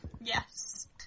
Yes